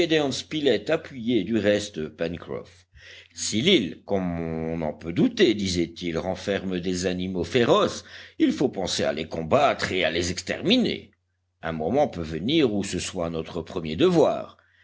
spilett appuyait du reste pencroff si l'île comme on en peut douter disait-il renferme des animaux féroces il faut penser à les combattre et à les exterminer un moment peut venir où ce soit notre premier devoir